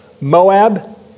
Moab